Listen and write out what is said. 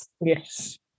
Yes